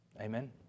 Amen